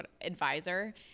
advisor